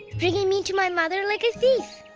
bringing me to my mother like a thief!